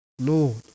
Lord